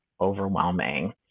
overwhelming